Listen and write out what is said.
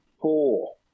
four